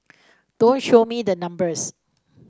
don't show me the numbers